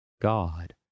God